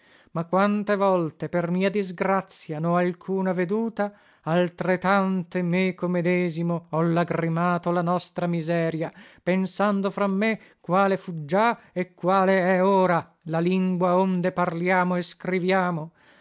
ma quante volte per mia disgrazia nho alcuna veduta altretante meco medesimo ho lagrimato la nostra miseria pensando fra me quale fu già e quale è ora la lingua onde parliamo e scriviamo